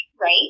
right